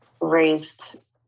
raised